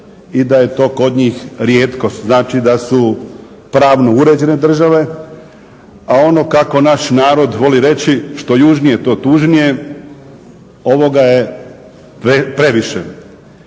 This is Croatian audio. i da je to kod njih rijetkost. Znači da su pravno uređene države, a ono kako naš narod voli reći što južnije to tužnije, ovoga je previše.